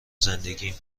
زندگیم